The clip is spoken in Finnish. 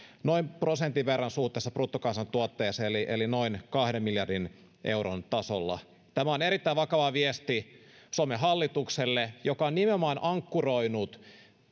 noin prosentin verran suhteessa bruttokansantuotteeseen eli eli noin kahden miljardin euron tasolla tämä on erittäin vakava viesti suomen hallitukselle joka on nimenomaan ankkuroinut